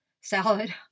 Salad